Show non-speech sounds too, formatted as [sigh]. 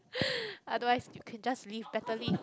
[breath] otherwise you can just leave pettily